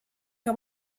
que